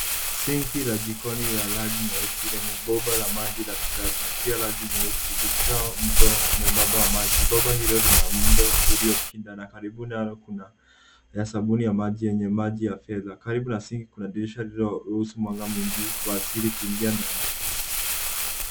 Sinki la jikoni la rangi nyeusi lenye bomba la maji la kisasa, pia rangi nyeusi ikitoa mto mwembamba wa maji. Bomba hilo lina muundo uliopinda na karibu nalo kuna, sabuni ya maji yenye maji ya fedha. Karibu na sinki kuna dirisha lililoruhusu mwanga asili kuingia ndani.